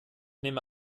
nehme